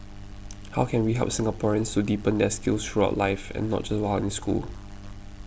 how can we help Singaporeans to deepen their skills throughout life and not just while in school